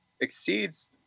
exceeds